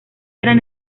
eran